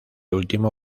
último